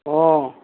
অঁ